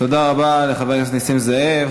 תודה רבה לחבר הכנסת נסים זאב.